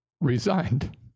resigned